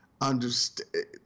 understand